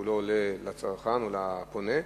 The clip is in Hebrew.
שהוא לא עולה לצרכן או לפונה,